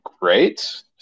great